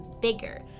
bigger